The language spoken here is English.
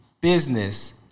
business